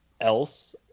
else